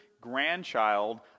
grandchild